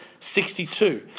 62